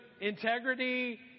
integrity